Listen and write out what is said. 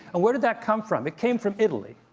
and where did that come from? it came from italy.